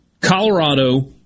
Colorado